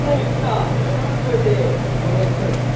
truth or dare? okay, truth.